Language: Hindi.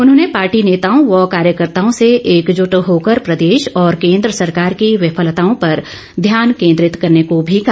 उन्होंने पार्टी नेताओं व कार्यकर्ताओं से एकजुट होकर प्रदेश और केंद्र सरकार की विफलताओं पर ध्यान केंद्रित करने को भी कहा